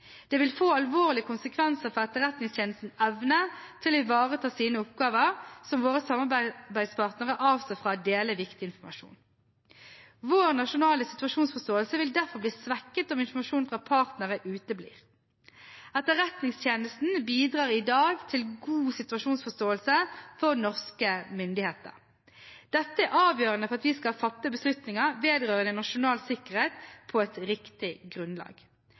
Det vil få alvorlige konsekvenser for Etterretningstjenestens evne til å ivareta sine oppgaver om våre samarbeidspartnere avstår fra å dele viktig informasjon. Vår nasjonale situasjonsforståelse vil derfor bli svekket om informasjon fra partnere uteblir. Etterretningstjenesten bidrar i dag med god situasjonsforståelse for norske myndigheter. Dette er avgjørende for at vi skal fatte beslutninger vedrørende nasjonal sikkerhet på et riktig grunnlag.